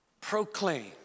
proclaim